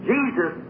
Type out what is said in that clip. Jesus